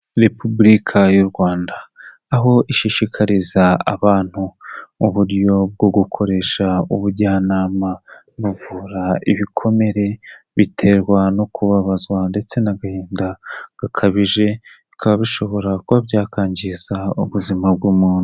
Repubulika y'u Rwanda aho ishishikariza abantu uburyo bwo gukoresha ubujyanama buvura ibikomere biterwa no kubabazwa ndetse n'agahinda gakabije bikaba bishobora kuba byakgiza ubuzima bw'umuntu.